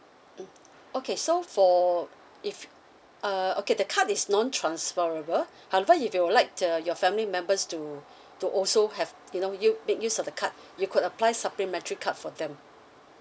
mm okay so for if uh okay the card is non transferable however if you would like to your family members to to also have you know you make use of the card you could apply supplementary card for them